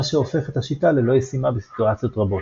מה שהופך את השיטה ללא ישימה בסיטואציות רבות,